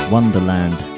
Wonderland